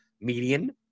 median